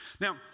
Now